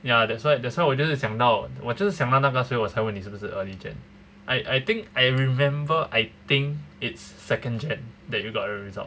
ya that's why that's why 我就是想到我就是想到那个所以我才问你是不是 early jan I I think I remember I think it's second jan that you got a result